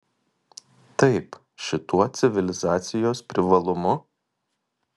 taip šituo civilizacijos privalumu